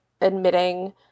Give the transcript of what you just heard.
admitting